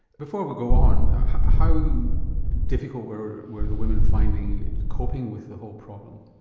before we go on, how difficult were were the women finding coping with the whole problem?